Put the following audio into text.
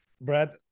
Brad